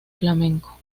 flamenco